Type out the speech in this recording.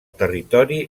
territori